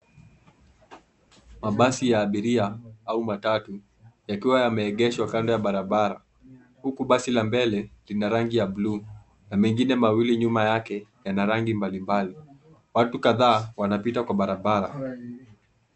Mabasi ya abiria au matatu yakiwa yameegeshwa kando ya barabara huku basi la mbele lina rangi ya bluu na mengine mawili nyuma yake yana rangi mbalimbali. Watu kadhaa wanapita kwa barabara.